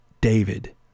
David